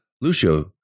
Lucio